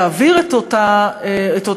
להעביר את אותו טלפון,